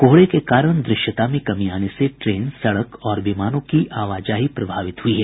कोहरे के कारण दृश्यता में कमी आने से ट्रेन सड़क और विमानों की आवाजाही प्रभावित हुई है